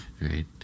Right